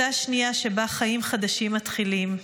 אותה שנייה שבה חיים חדשים מתחילים,